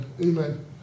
Amen